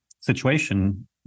situation